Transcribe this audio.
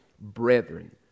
brethren